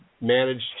Managed